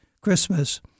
Christmas